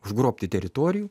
užgrobti teritorijų